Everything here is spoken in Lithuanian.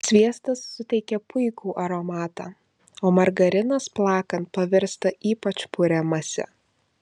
sviestas suteikia puikų aromatą o margarinas plakant pavirsta ypač puria mase